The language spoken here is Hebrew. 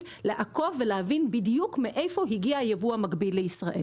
לעקוב ולהבין בדיוק מאיפה הגיע הייבוא המקביל לישראל.